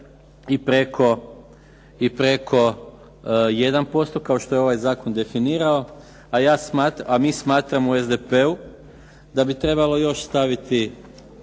i preko 1%, kao što je ovaj zakon definirao, a mi smatramo u SDP-u da bi trebalo još staviti